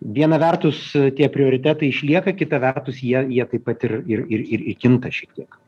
viena vertus tie prioritetai išlieka kita vertus jie jie taip pat ir ir ir ir kinta šiek tiek